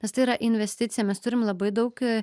nes tai yra investicija mes turim labai daug